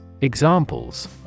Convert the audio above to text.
Examples